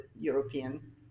European